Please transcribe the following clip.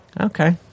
Okay